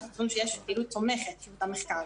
אנחנו יודעים שיש פעילות תומכת במחקר.